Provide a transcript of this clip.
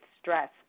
stress